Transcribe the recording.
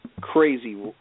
crazy